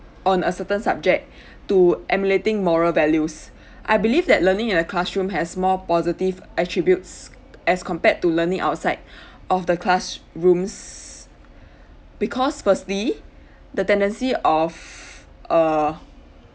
on a certain subject to emulating moral values I believe that learning in the classroom has more positive attributes as compared to learning outside of the classrooms because firstly the tendency of err